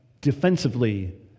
defensively